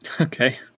okay